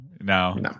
No